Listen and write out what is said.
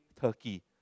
Turkey